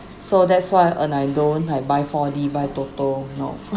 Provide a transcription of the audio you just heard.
so that's why and I don't have buy four D buy TOTO no